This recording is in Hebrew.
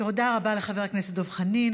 תודה לחבר הכנסת דב חנין.